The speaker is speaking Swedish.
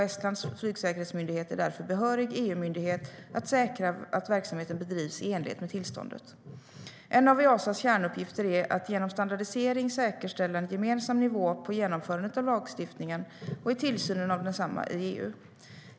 Estlands flygsäkerhetsmyndighet är därför behörig EU-myndighet att säkra att verksamheten bedrivs i enlighet med tillståndet. En av Easas kärnuppgifter är att genom standardisering säkerställa en gemensam nivå på genomförandet av lagstiftningen och i tillsynen av densamma i EU.